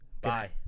bye